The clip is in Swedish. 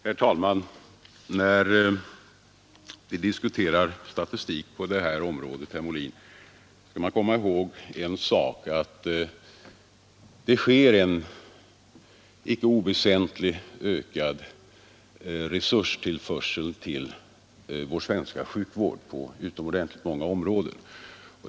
Herr talman! När vi diskuterar statistik på det här området, herr Molin, skall man komma ihåg en sak: det sker en icke oväsentligt ökad resurstillförsel till vår svenska sjukvård på många områden.